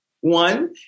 one